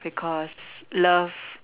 because love